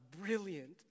brilliant